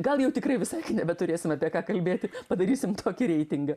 gal jau tikrai visai kai nebeturėsim apie ką kalbėti padarysim kokį reitingą